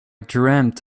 dreamt